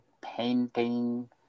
painting